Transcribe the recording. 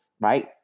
right